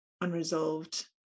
unresolved